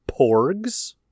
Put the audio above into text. Porgs